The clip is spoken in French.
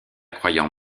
croyant